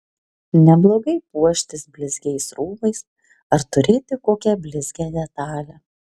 neblogai puoštis blizgiais rūbais ar turėti kokią blizgią detalę